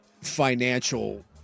financial